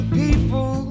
people